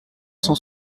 cent